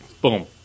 Boom